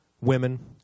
Women